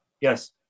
Yes